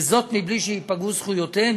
וזאת מבלי שייפגעו זכויותיהם.